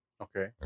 Okay